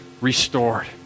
restored